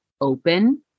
open